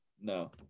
No